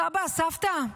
סבא, סבתא,